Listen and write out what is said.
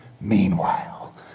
meanwhile